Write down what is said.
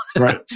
right